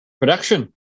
Production